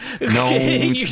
No